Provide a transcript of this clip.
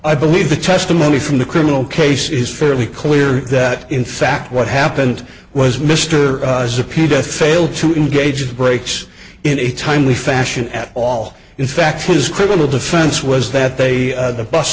i believe the testimony from the criminal case is fairly clear that in fact what happened was mr was a pita failed to engage the brakes in a timely fashion at all in fact his criminal defense was that they the bus